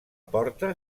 porta